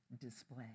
display